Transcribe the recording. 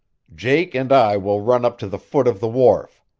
jake and i will run up to the foot of the wharf.